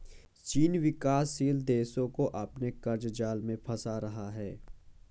चीन विकासशील देशो को अपने क़र्ज़ जाल में फंसा रहा है